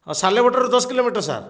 ହ ସାଲେଗୋଟେରୁ ଦଶ କିଲୋମିଟର ସାର୍